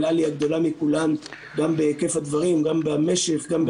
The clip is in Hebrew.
אל על היא הגדולה מכולן גם בהיקף הדברים גם במשק גם בהרבה מאוד דברים.